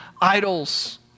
idols